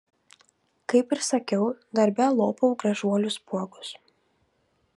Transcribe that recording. kaip ir sakiau darbe lopau gražuolių spuogus